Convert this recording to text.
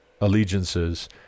allegiances